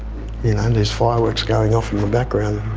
there's fireworks going off in the background.